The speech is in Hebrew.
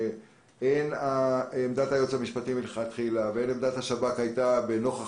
הן עמדת היועץ המשפטי מלכתחילה והן עמדת השב"כ היו לנוכח